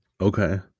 Okay